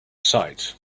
sight